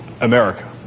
America